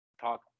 talk